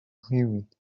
humid